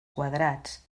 quadrats